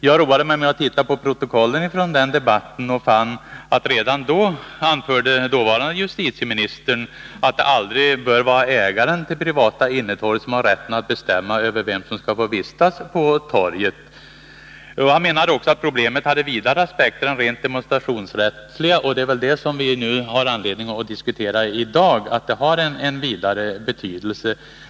Jag roade mig med att titta på protokollen från den debatten och fann att redan då anförde dåvarande justitieministern att det aldrig bör vara ägaren till privata innetorg som har rätten att bestämma över vem som skall få vistas på torget. Justitieministern menade även att problemet hade vidare aspekter än rent demonstrationsrättsliga, och det är väl detta som vi har anledning att diskutera i dag.